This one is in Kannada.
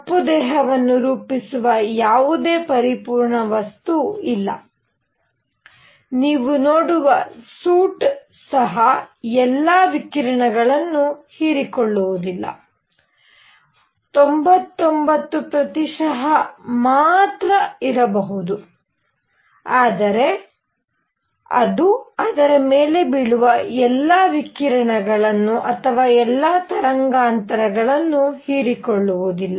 ಕಪ್ಪು ದೇಹವನ್ನು ರೂಪಿಸುವ ಯಾವುದೇ ಪರಿಪೂರ್ಣ ವಸ್ತು ಇಲ್ಲ ನೀವು ನೋಡುವ ಸೂಟ್ ಸಹ ಎಲ್ಲಾ ವಿಕಿರಣಗಳನ್ನು ಹೀರಿಕೊಳ್ಳುವುದಿಲ್ಲ 99 ಮಾತ್ರ ಇರಬಹುದು ಆದರೆ ಅದು ಅದರ ಮೇಲೆ ಬೀಳುವ ಎಲ್ಲಾ ವಿಕಿರಣಗಳನ್ನು ಅಥವಾ ಎಲ್ಲಾ ತರಂಗಾಂತರಗಳನ್ನು ಹೀರಿಕೊಳ್ಳುವುದಿಲ್ಲ